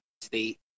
state